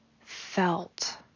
felt